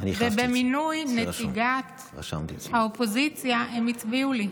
ובמינוי נציגת האופוזיציה הם הצביעו לי.